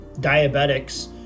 diabetics